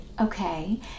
Okay